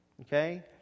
okay